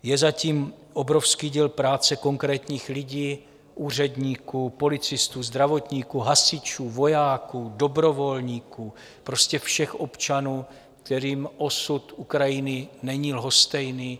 Je za tím obrovský díl práce konkrétních lidí úředníků, policistů, zdravotníků, hasičů, vojáků, dobrovolníků, prostě všech občanů, kterým osud Ukrajiny není lhostejný.